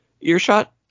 Earshot